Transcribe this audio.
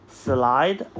slide